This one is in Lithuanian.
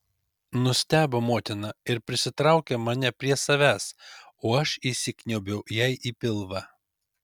nustebo motina ir prisitraukė mane prie savęs o aš įsikniaubiau jai į pilvą